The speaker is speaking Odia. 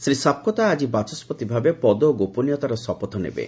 ଶ୍ରୀ ସାପକୋତା ଆଜି ବାଚସ୍କତି ଭାବେ ପଦ ଓ ଗୋପନୀୟତାର ଶପଥ ନେବେ